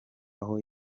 aho